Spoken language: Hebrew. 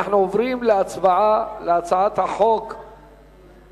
אנחנו עוברים להצבעה על הצעת חוק הכנסת